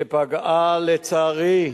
שפגעה, לצערי,